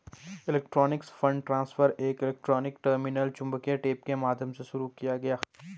electronic fund transfer एक electronic terminal चुंबकीय tape के माध्यम से शुरू किया गया